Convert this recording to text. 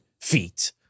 feet